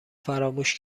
فراموش